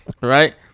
Right